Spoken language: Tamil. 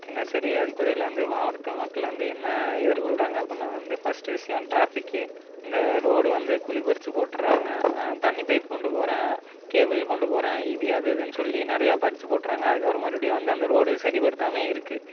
தினசரி அடிப்படையில் வந்து மாவட்டத்து மக்கள் வந்து என்ன எதிர்கொள்கிறாங்க அப்புடின்னா வந்து ஃபர்ஸ்ட்டு விஷயம் ட்ராஃபிக்கு இந்த ரோடு வந்து குழிபறித்து போட்டுடுறாங்க தண்ணி பைப்பு கொண்டு போகிறேன் கேபிள் கொண்டு போகிறேன் ஈபி அது இதுன்னு சொல்லி நிறையா பறித்து போட்டுடுறாங்க அதுக்கப்புறம் மறுபடியும் வந்து அந்த ரோடு சரிப்படுத்தாம இருக்கும்